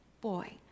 boy